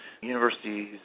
Universities